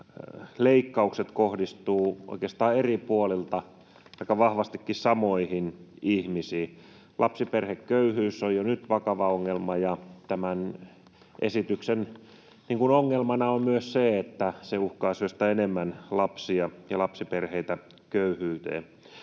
leikkaukset kohdistuvat oikeastaan eri puolilta aika vahvastikin samoihin ihmisiin. Lapsiperheköyhyys on jo nyt vakava ongelma, ja tämän esityksen ongelmana on myös se, että se uhkaa syöstä enemmän lapsia ja lapsiperheitä köyhyyteen.